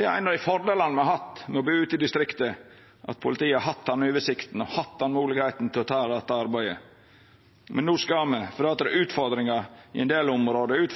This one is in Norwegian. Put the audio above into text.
Ein av fordelane me har hatt med å bu ute i distrikta, har vore at politiet har hatt den oversikta og moglegheita til å ta dette arbeidet, men no – fordi det er utfordringar i ein del område,